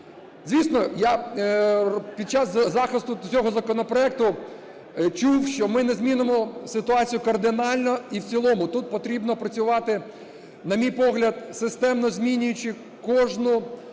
Звісно, я під час захисту цього законопроекту чув, що ми не змінимо ситуацію кардинально і в цілому. Тут потрібно працювати, на мій погляд, системно змінюючи кожну групу